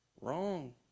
wrong